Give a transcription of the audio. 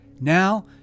now